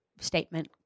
statement